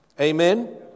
Amen